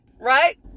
right